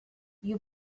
you